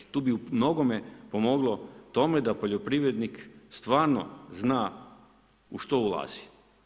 Tu bi u mnogome pomoglo tome da poljoprivrednik stvarno zna u što ulazi.